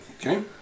Okay